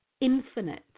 infinite